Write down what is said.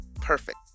Perfect